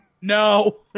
No